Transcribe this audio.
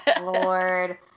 Lord